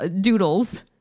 doodles